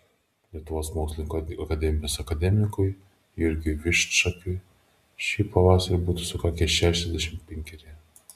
lietuvos mokslų akademijos akademikui jurgiui viščakui šį pavasarį būtų sukakę šešiasdešimt penkeri